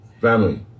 family